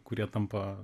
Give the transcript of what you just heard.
kurie tampa